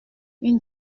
une